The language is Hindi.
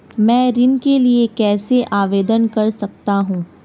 मैं ऋण के लिए कैसे आवेदन कर सकता हूं?